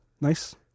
Nice